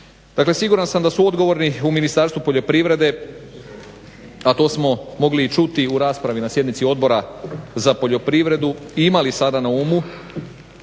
Dakle siguran sam da su odgovorni u Ministarstvu poljoprivrede, a to smo i mogli čuti u raspravi na sjednici odbora za poljoprivredu i imali sada na umu